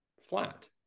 flat